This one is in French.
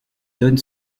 donne